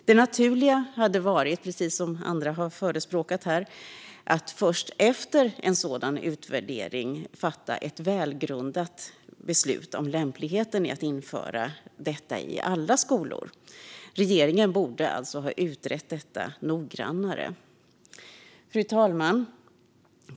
Det naturliga hade varit, precis som andra har förespråkat här, att först efter en sådan utvärdering fatta ett välgrundat beslut om lämpligheten att införa detta i alla skolor. Regeringen borde alltså ha utrett detta noggrannare. Fru talman!